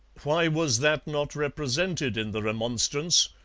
why was that not represented in the remonstrance,